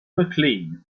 mclean